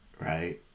right